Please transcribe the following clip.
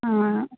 ಹಾಂ